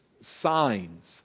signs